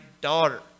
daughter